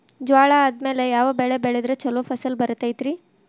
ಜ್ವಾಳಾ ಆದ್ಮೇಲ ಯಾವ ಬೆಳೆ ಬೆಳೆದ್ರ ಛಲೋ ಫಸಲ್ ಬರತೈತ್ರಿ?